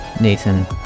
Nathan